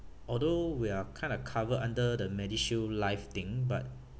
although we are kind of covered under the medishield life thing but